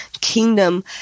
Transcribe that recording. kingdom